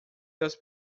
das